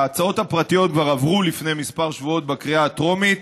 ההצעות הפרטיות כבר עברו לפני כמה שבועות בקריאות הטרומיות.